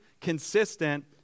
consistent